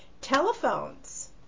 telephones